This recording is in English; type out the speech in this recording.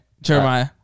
Jeremiah